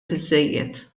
biżżejjed